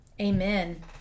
Amen